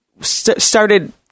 started